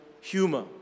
humor